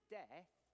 death